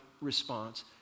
response